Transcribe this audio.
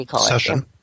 Session